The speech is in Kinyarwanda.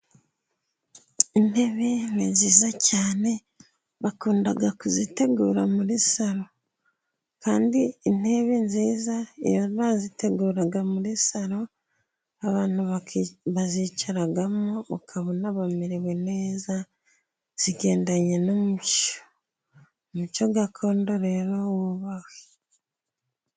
Intebe nziza cyane bakunda kuzitegura muri salo. Kandi intebe nziza iyo baziteguraga muri salo abantu bazicaragamo bakaba bamerewe neza zigendanye n' umuco. Umuco gakondo rero wubahwe.